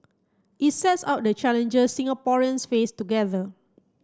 it sets out the challenges Singaporeans face together